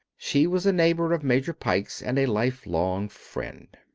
she was a neighbor of major pike's, and a life-long friend.